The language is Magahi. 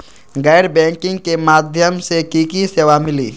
गैर बैंकिंग के माध्यम से की की सेवा मिली?